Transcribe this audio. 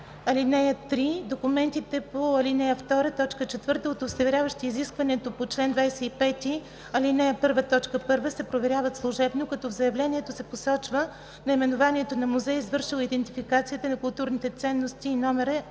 3 и 4: „(3) Документите по ал. 2, т. 4, удостоверяващи изискването по чл. 25, ал. 1, т. 1 се проверяват служебно, като в заявлението се посочва наименованието на музея, извършил идентификацията на културните ценности и номера и